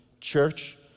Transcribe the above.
Church